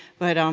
but, um